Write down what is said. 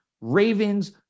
Ravens